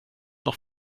noch